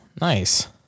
nice